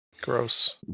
Gross